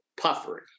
puffery